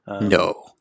No